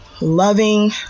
Loving